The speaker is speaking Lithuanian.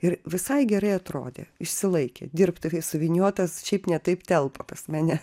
ir visai gerai atrodė išsilaikė dirbtuvėj suvyniotas šiaip ne taip telpa pas mane